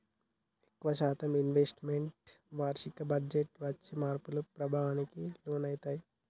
ఎక్కువ శాతం investments వార్షిక బడ్జెట్టు వచ్చే మార్పుల ప్రభావానికి లోనయితయ్యి